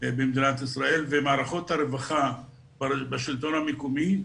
במדינת ישראל ומערכות הרווחה בשלטון המקומי,